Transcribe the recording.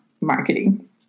marketing